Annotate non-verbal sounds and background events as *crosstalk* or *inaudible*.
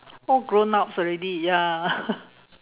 all grown-ups already ya *laughs*